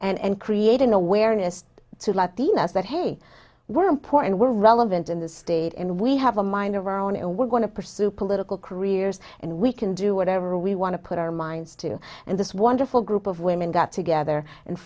women and create an awareness to latinas that hey we're important we're relevant in this state and we have a mind of our own and we're going to pursue political careers and we can do whatever we want to put our minds to and this wonderful group of women got together and